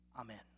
Amen